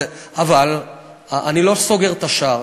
אבל אני לא סוגר את השער.